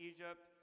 Egypt